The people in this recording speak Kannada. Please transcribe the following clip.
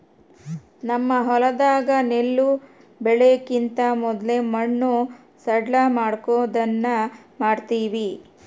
ನಮ್ಮ ಹೊಲದಾಗ ನೆಲ್ಲು ಬೆಳೆಕಿಂತ ಮೊದ್ಲು ಮಣ್ಣು ಸಡ್ಲಮಾಡೊದನ್ನ ಮಾಡ್ತವಿ